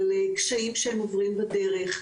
על קשיים שהם עוברים בדרך.